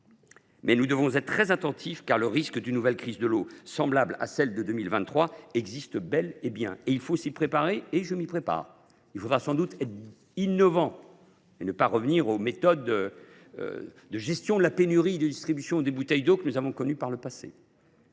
Nous devons être très attentifs à cette question, car le risque d’une nouvelle crise de l’eau, semblable à celle de 2023, existe bel et bien. Nous devons nous y préparer et je m’y prépare. Il faudra innover et ne pas revenir aux méthodes de gestion de la pénurie et de distribution de bouteilles d’eau que nous avons connues par le passé.